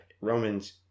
Romans